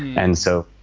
and so,